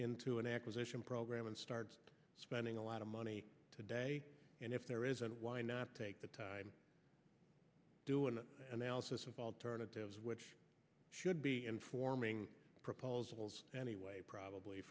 into an acquisition program and start spending a lot of money today and if there isn't why not take the time do an analysis of alternatives which should be informing proposals anyway probably